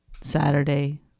Saturday